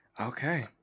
Okay